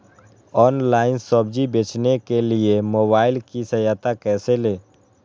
Online सब्जी बेचने के लिए मोबाईल की सहायता कैसे ले?